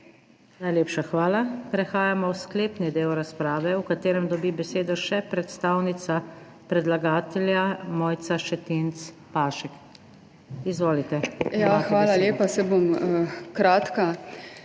Najlepša hvala. Prehajamo v sklepni del razprave, v katerem dobi besedo še predstavnica predlagatelja Mojca Šetinc Pašek. Izvolite, imate besedo.